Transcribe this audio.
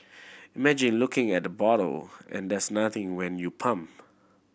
imagine looking at the bottle and there's nothing when you pump